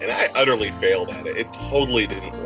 i utterly failed at it. it totally did